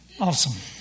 Awesome